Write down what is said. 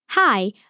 Hi